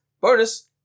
Bonus